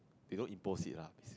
we don't impose it lah